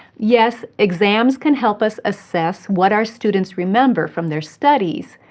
yes, exams can help us assess what our students remember from their studies,